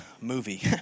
movie